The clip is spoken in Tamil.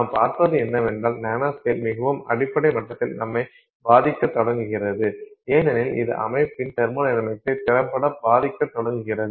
நாம் பார்ப்பது என்னவென்றால் நானோஸ்கேல் மிகவும் அடிப்படை மட்டத்தில் நம்மை பாதிக்கத் தொடங்குகிறது ஏனெனில் இது அமைப்பின் தெர்மொடைனமிக்ஸை திறம்பட பாதிக்கத் தொடங்குகிறது